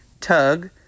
tug